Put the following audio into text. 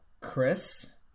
Chris